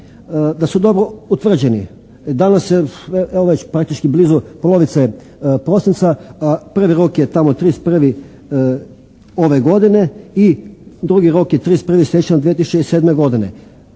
da su dobro utvrđeni. Danas se evo već praktički blizu polovica je prosinca a prvi rok je tamo 31. ove godine i drugi rok je 31. siječnja 2007. godine.